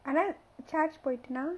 ஆனால்:aanaal charge போட்டனா:pottana